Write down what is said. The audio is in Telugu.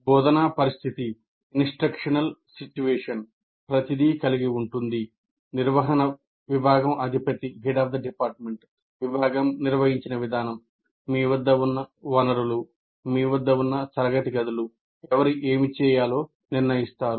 బోధనా పరిస్థితి విభాగం నిర్వహించిన విధానం మీ వద్ద ఉన్న వనరులు మీ వద్ద ఉన్న తరగతి గదులు ఎవరు ఏమి చేయాలో నిర్ణయిస్తారు